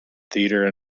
theatre